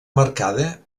marcada